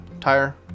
tire